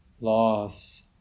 loss